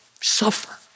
suffer